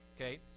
Okay